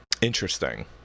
Interesting